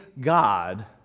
God